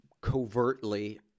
covertly